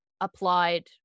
applied